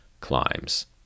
climbs